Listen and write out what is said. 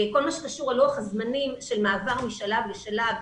כל מה שקשור בלוח הזמנים של שמעבר משלב לשלב.